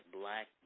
black